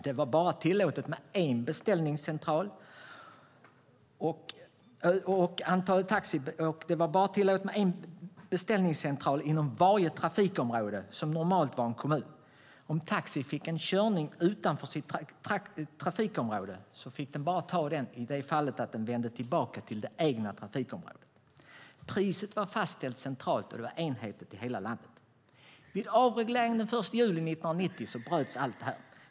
Det var bara tillåtet med en beställningscentral inom varje trafikområde, som normalt var en kommun. En taxi fick bara ta en körning utanför sitt trafikområde om den sedan vände tillbaka till det egna trafikområdet. Priset var fastställt centralt och var enhetligt i hela landet. Genom avregleringen den 1 juli 1990 bröts allt detta.